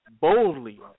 boldly